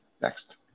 Next